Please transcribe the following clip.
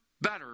better